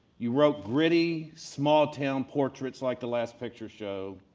you wrote gritty, small town portraits like the last picture show,